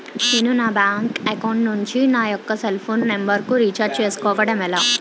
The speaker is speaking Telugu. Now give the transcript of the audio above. నేను నా బ్యాంక్ అకౌంట్ నుంచి నా యెక్క సెల్ ఫోన్ నంబర్ కు రీఛార్జ్ చేసుకోవడం ఎలా?